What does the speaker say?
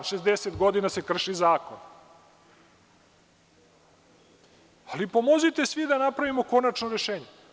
Šezdeset godina se krši zakon, ali pomozite svi da napravimo konačno rešenje.